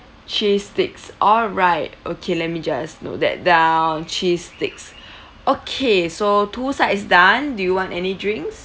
cheese sticks all right okay let me just note that down cheese sticks okay so two sides done do you want any drinks